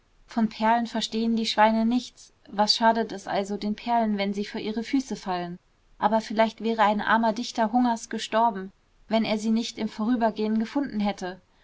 von perlen verstehen die schweine nichts was schadet es also den perlen wenn sie vor ihre füße fallen aber vielleicht wäre ein armer dichter hungers gestorben wenn er sie nicht im vorübergehen gefunden hätte